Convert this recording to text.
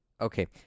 Okay